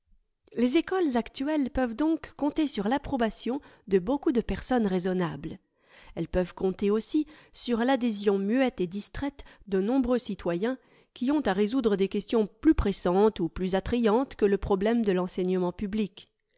les écoles actuelles peuvent donc compter sur l'approbation de beaucoup de personnes raisonnables elles peuvent compter aussi sur l'adhésion muette et distraite de nombreux citoyens qui ont à résoudre des questions plus pressantes ou plus attrayantes que le problème de l'enseignement public